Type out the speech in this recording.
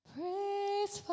Praise